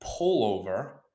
pullover